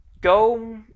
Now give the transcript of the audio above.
go